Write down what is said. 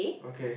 okay